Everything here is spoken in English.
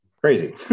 crazy